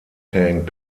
tank